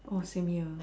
oh same here